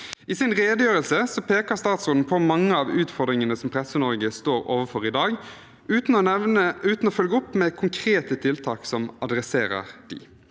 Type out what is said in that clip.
I sin redegjørelse peker statsråden på mange av utfordringene Presse-Norge står overfor i dag, uten å følge opp med konkrete tiltak som adresserer dem.